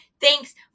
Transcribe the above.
Thanks